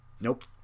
Nope